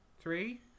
three